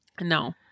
No